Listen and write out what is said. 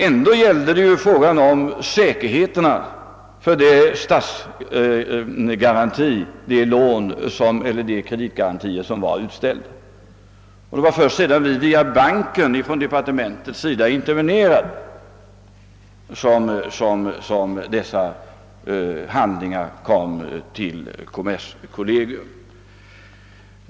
ändå gällde det frågan om säkerheterna för de kreditgarantier som var utställda. Det var först sedan vi från departementets sida intervenerat via banken som dessa handlingar kom till kommerskollegium.